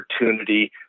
opportunity